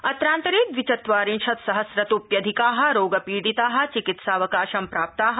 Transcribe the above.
अत्रातरे द्विचत्वारिशत्सहस्रतोप्यधिका रोगपीडिता चिकित्सावकाशं प्राप्ता